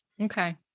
Okay